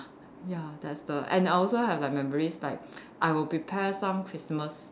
ya that's the and I also have like memories like I will prepare some Christmas